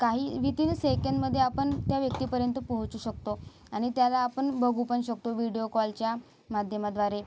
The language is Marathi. काही विदिन अ सेकंडमध्ये आपण त्या व्यक्तीपर्यंत पोहोचू शकतो आणि त्याला आपण बघूपण शकतो व्हिडीओ कॉलच्या माध्यमाद्वारे